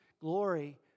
glory